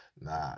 Nah